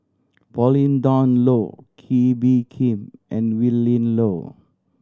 Pauline Dawn Loh Kee Bee Khim and Willin Low